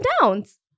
downs